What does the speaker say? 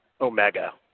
Omega